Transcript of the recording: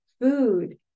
food